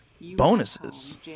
bonuses